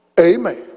amen